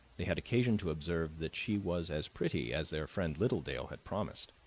they had occasion to observe that she was as pretty as their friend littledale had promised.